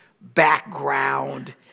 background